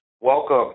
welcome